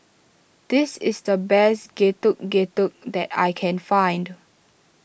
this is the best Getuk Getuk that I can find